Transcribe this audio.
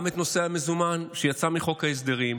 גם את נושא המזומן שיצא מחוק ההסדרים.